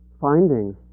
findings